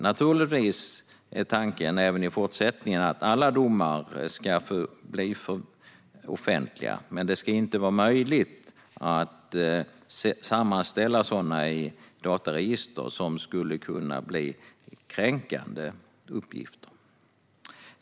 Naturligtvis är tanken även i fortsättningen att alla domar ska förbli offentliga, men det ska inte vara möjligt att sammanställa sådana i dataregister - som kan bli kränkande uppgifter.